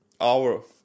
hour